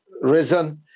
risen